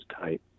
tight